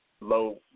low